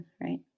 right